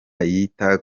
yita